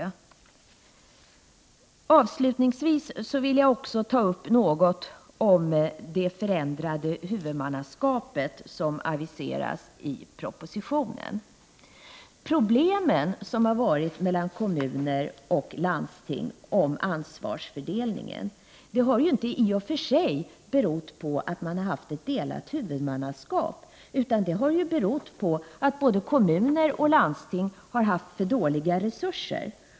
Avslutningsvis vill jag också ta upp något om det förändrade huvudmannaskapet som aviseras i propositionen. Problemen med ansvarsfördelningen mellan kommuner och landsting har inte i och för sig berott på att huvudmannaskapet varit delat, utan det har berott på att både kommuner och landsting har haft för dåliga resurser.